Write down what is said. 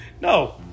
No